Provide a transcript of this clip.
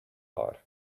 are